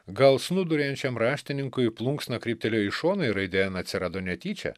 gal snūduriuojančiam raštininkui plunksna kryptelėjo į šoną ir raidė n atsirado netyčia